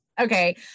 okay